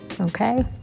Okay